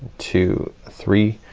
two, three,